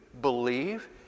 believe